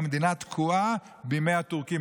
המדינה תקועה בימי הטורקים.